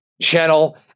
channel